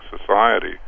society